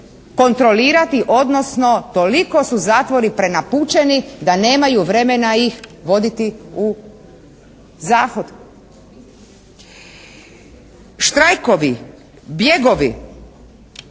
kontrolirati, odnosno toliko su zatvori prenapučeni da nemaju vremena ih voditi u zahod. Štrajkovi, bjegovi,